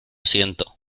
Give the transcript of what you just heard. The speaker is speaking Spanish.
siento